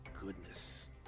goodness